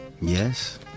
Yes